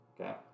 Okay